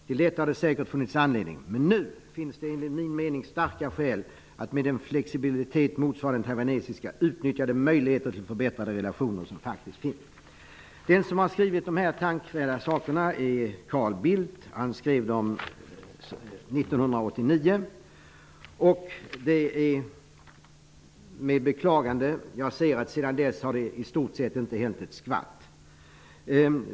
Till detta har det säkert funnits anledning men nu finns det enligt min mening starka skäl att med en flexibilitet motsvarande den taiwanesiska utnyttja de möjligheter till förbättrade relationer som faktiskt finns.'' Den som har skrivit de här tänkvärda sakerna är Carl Bildt. Han skrev dem 1989. Det är med beklagande jag ser att det sedan dess i stort sett inte har hänt ett skvatt.